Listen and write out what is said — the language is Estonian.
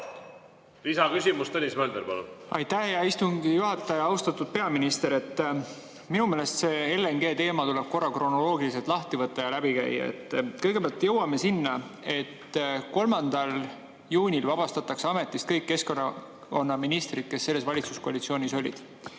Lisaküsimus, Tõnis Mölder, palun! Aitäh, hea istungi juhataja! Austatud peaminister! Minu meelest see LNG-teema tuleb korra kronoloogiliselt lahti võtta ja läbi käia. Kõigepealt jõuame sinna, et 3. juunil vabastatakse ametist kõik Keskerakonna ministrid, kes selles valitsuskoalitsioonis olid.